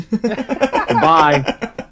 Bye